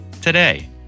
today